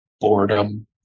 Boredom